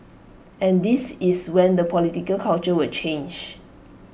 and this is when the political culture will change